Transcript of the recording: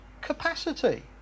capacity